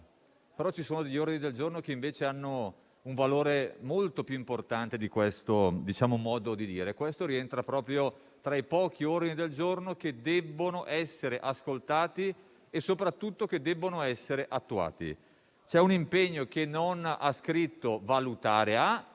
però ci sono degli ordini del giorno che invece hanno un valore molto più importante di questo modo di dire e questo rientra proprio tra i pochi ordini del giorno che debbono essere ascoltati e soprattutto attuati. Nel dispositivo non c'è scritto: «a valutare»,